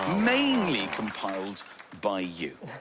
mainly compiled by you.